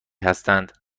هستند